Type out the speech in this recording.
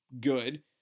good